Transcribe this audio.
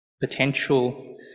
potential